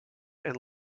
and